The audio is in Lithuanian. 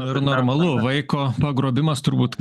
ir normalu vaiko pagrobimas turbūt